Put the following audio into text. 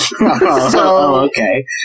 Okay